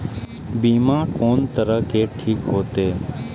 बीमा कोन तरह के ठीक होते?